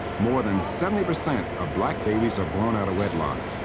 more than seventy percent of black babies are born out of wedlock.